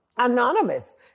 anonymous